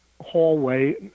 hallway